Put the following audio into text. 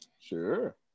Sure